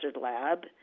lab